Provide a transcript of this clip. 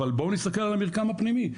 אבל בואו נסתכל על המרקם הפנימי,